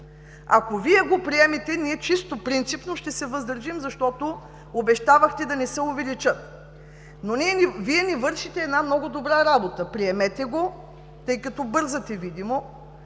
Ако Вие го приемете, ние чисто принципно ще се въздържим, защото обещавахте да не се увеличат. Но Вие ни вършите много добра работа – приемете го, тъй като бързате – видимо,